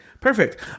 perfect